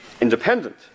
independent